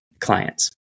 clients